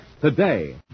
today